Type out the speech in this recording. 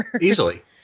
easily